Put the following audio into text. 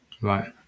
right